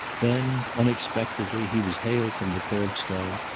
then, unexpectedly, he was hailed from the curbstone,